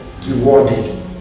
rewarded